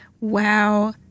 Wow